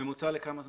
ממוצע לכמה זמן?